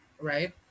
right